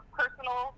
personal